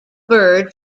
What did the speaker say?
bird